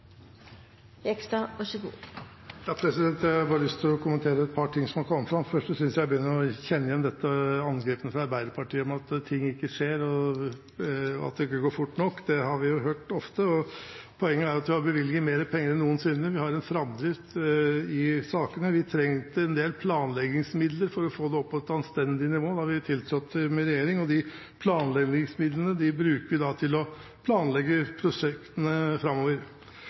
Jeg har bare lyst å kommentere et par ting som har kommet fram. For det første synes jeg at jeg begynner å kjenne igjen dette angrepet fra Arbeiderpartiet om at ting ikke skjer, og at det ikke går fort nok. Det har vi hørt ofte. Poenget er at vi har bevilget mer penger enn noensinne. Vi har en framdrift i sakene. Vi trengte en del planleggingsmidler for å få det opp på et anstendig nivå da vi tiltrådte som regjering. De planleggingsmidlene bruker vi til å planlegge prosjektene framover.